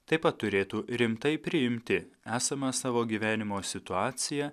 taip pat turėtų rimtai priimti esamą savo gyvenimo situaciją